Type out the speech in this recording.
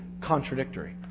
contradictory